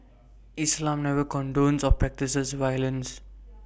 islam never condones or practises violence